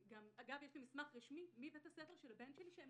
ואגב יש לי גם מסמך רשמי מבית הספר של הבן שלי שהם